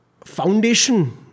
foundation